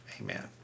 amen